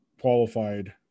qualified